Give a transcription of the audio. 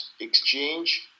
exchange